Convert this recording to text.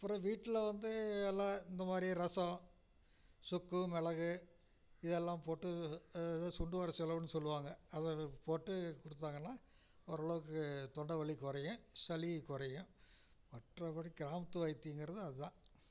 அப்புறம் வீட்டில் வந்து எல்லாம் இந்தமாதிரி ரசம் சுக்கு மிளகு இதெல்லாம் போட்டு ஏதோ சுண்டுவர செலவுன்னு சொல்லுவாங்க அதை போட்டு குடித்தாங்கன்னா ஓரளவுக்கு தொண்டைவலி குறையும் சளி குறையும் மற்றபடி கிராமத்து வைத்தியங்கிறது அதுதான்